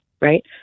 right